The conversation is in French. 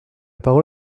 parole